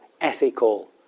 ethical